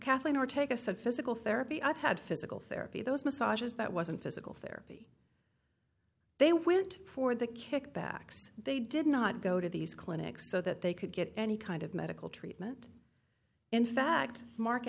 kathleen or take a side physical therapy i've had physical therapy those massages that wasn't physical therapy they went for the kickbacks they did not go to these clinics so that they could get any kind of medical treatment in fact